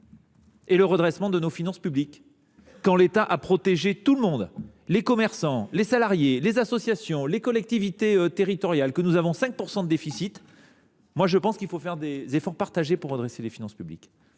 du redressement de nos finances publiques ? L’État a protégé tout le monde : les commerçants, les salariés, les associations, les collectivités territoriales, et je rappelle que nous avons déjà un déficit de 5 %. Je pense qu’il faut des efforts partagés pour redresser les finances publiques.